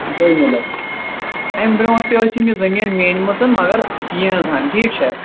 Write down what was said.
دوٚیمہِ لَٹہِ اَمہ برونٹھ تہِ ٲسۍ أمۍ یہِ زٔمین مینہِ مژن مگر یہنزن ٹھیٖک چھا